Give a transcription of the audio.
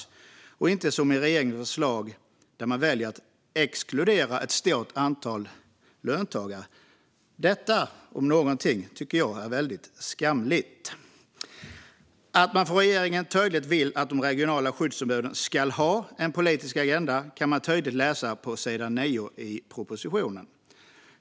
Vi vill inte, som regeringen i sitt förslag, exkludera ett stort antal löntagare. Det om något tycker jag är skamligt. Att man från regeringens sida tydligt vill att de regionala skyddsombuden ska ha en politisk agenda kan man tydligt läsa på s. 8-9 i propositionen.